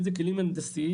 אם זה כלים הנדסיים,